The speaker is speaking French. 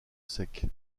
sec